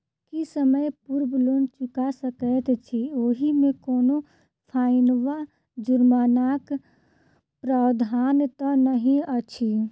की समय पूर्व लोन चुका सकैत छी ओहिमे कोनो फाईन वा जुर्मानाक प्रावधान तऽ नहि अछि?